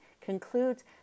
concludes